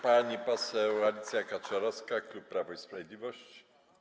Pani poseł Alicja Kaczorowska, klub Prawo i Sprawiedliwość.